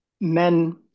Men